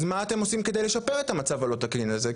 אז מה אתם עושים כדי לשפר את המצב הלא תקין הזה?